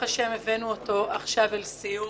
ברוך השם, הבאנו אותו עכשיו לסיום.